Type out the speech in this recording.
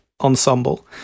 Ensemble